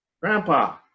grandpa